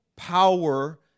power